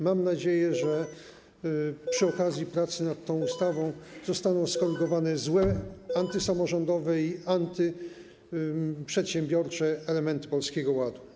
Mam nadzieję, że przy okazji prac nad tą ustawą zostaną skorygowane złe, antysamorządowe i antyprzedsiębiorcze elementy Polskiego Ładu.